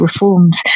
reforms